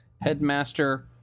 headmaster